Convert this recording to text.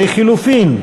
לחלופין,